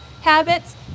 habits